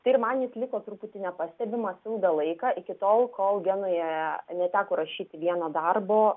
tai ir man jis liko truputį nepastebimas ilgą laiką iki tol kol genujoje neteko rašyti vieno darbo